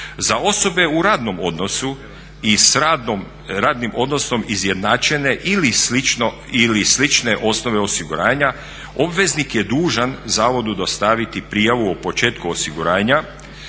Za osobe u radnom odnosu i s radnim odnosom izjednačene ili slične osnove osiguranja obveznik je dužan zavodu dostaviti prijavu o početku osiguranja